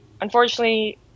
unfortunately